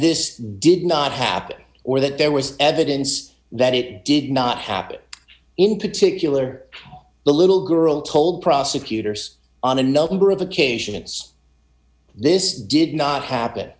this did not happen or that there was evidence that it did not happen in particular the little girl told prosecutors on a number of occasions this did not happen